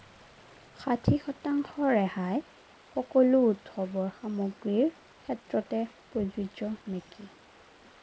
ষাঠি সতাংশ ৰেহাই সকলো উৎসৱৰ সামগ্ৰীৰ ক্ষেত্ৰতে প্ৰযোজ্য নেকি